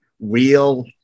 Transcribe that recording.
real